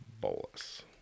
bolus